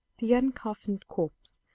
the uncoffined corpse,